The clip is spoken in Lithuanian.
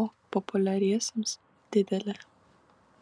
o populiariesiems didelė